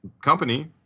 company